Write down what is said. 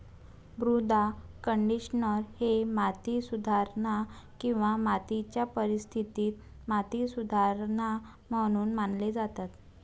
मृदा कंडिशनर हे माती सुधारणा किंवा मातीच्या परिस्थितीत माती सुधारणा म्हणून मानले जातात